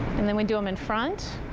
and then we do them in front.